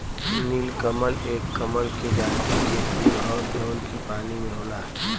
नीलकमल एक कमल के जाति के फूल हौ जौन की पानी में होला